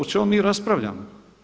O čemu mi raspravljamo?